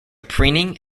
preening